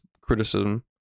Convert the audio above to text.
criticism